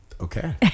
Okay